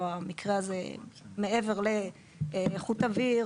במקרה הזה מעבר לאיכות אוויר,